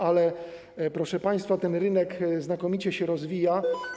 Ale proszę państwa, ten rynek znakomicie się rozwija.